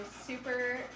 super